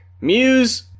Muse